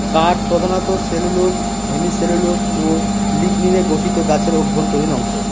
কাঠ প্রধানত cellulose hemicellulose ও লিগনিনে গঠিত গাছের অভ্যন্তরীণ অংশ